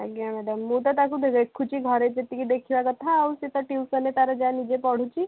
ଆଜ୍ଞା ମ୍ୟାଡ଼ାମ ମୁଁ ତ ତାକୁ ଦେଖୁଛି ଘରେ ଯେତିକି ଦେଖିବା କଥା ଆଉ ସିଏ ତ ଟ୍ୟୁସନରେ ତାର ଯାହା ନିଜେ ପଢ଼ୁଛି